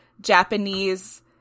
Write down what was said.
Japanese